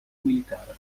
militare